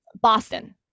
boston